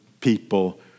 people